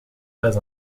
pas